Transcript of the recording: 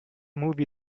movie